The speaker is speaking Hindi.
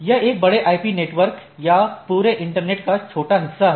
यह एक बड़े आईपी नेटवर्क या पूरे इंटरनेट का छोटा हिस्सा है